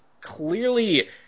clearly